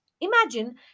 Imagine